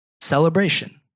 celebration